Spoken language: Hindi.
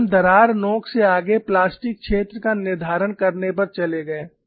फिर हम दरार नोक से आगे प्लास्टिक क्षेत्र का निर्धारण करने पर चले गए